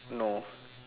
no